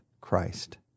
Christ